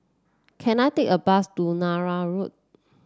can I take a bus to Nallur Road